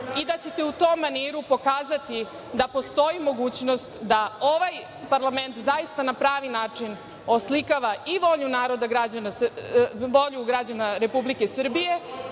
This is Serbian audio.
i daćete u tom maniru pokazati da postoji mogućnost da ovaj parlament zaista na pravi način oslikava i volju građana Republike Srbije,